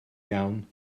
iawn